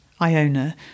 Iona